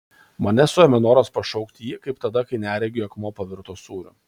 mane suėmė noras pašaukti jį kaip tada kai neregiui akmuo pavirto sūriu